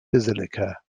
basilica